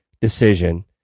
decision